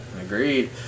agreed